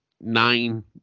nine